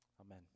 amen